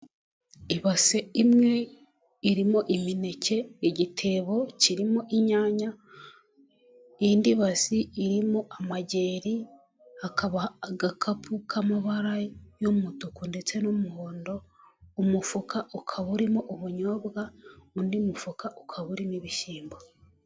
Ibase imwe irimo imineke igitebo kirimo inyanya indi base irimo amageri, hakaba agakapu k'amabara y'umutuku, ndetse n'umuhondo, umufuka ukaba urimo ubunyobwa undi mufuka ukaba urimo ibishyimbo.